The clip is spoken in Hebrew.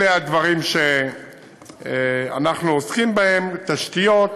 אלה הדברים שאנחנו עוסקים בהם: תשתיות,